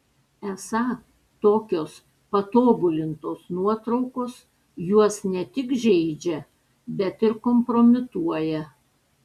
esą tokios patobulintos nuotraukos juos ne tik žeidžia bet ir kompromituoja